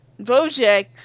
Bojack